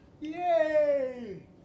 Yay